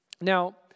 Now